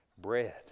bread